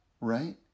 right